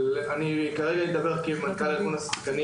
אבל אני אדבר כרגע בתור מנכ"ל ארגון השחקנים